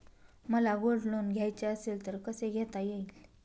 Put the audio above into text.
मला gold loan घ्यायचे असेल तर कसे घेता येईल?